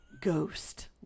Ghost